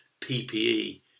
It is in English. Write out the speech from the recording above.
PPE